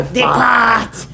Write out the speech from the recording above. depart